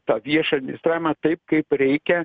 tą viešą administravimą taip kaip reikia